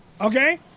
Okay